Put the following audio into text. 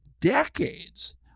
decades